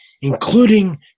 including